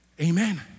Amen